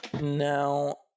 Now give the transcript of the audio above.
now